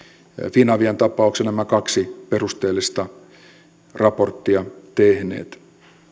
finavian tapauksesta nämä kaksi perusteellista raporttia tehneet